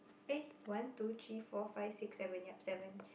eh one two three four five six seven yup seven